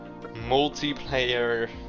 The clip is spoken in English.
multiplayer